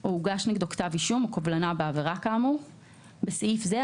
או הוגשו נגדו כתב אישום או קובלנה בעבירה כאמור; בסעיף זה,